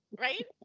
Right